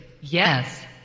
Yes